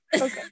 Okay